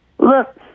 Look